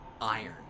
iron